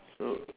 so